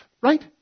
Right